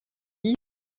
dix